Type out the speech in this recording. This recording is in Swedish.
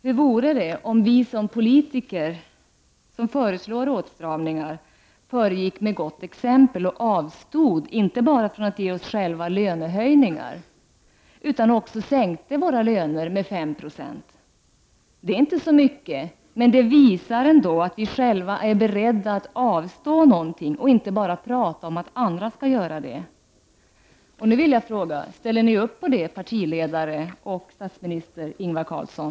Hur vore det om vi som politiker som föreslår åtstramningar föregick med gott exempel och avstod inte bara från att ge oss själva lönehöjningar utan också sänkte våra löner med 5 96? Det är inte så mycket, men det visar ändå att vi själva är beredda att avstå någonting och inte bara pratar om att andra skall göra det. Nu vill jag fråga: Ställer ni upp på det, partiledare och statsminister Ingvar Carlsson?